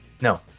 No